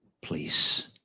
Please